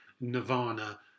nirvana